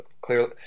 clearly